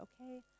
okay